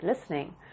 listening